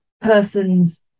person's